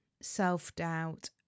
self-doubt